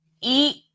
eat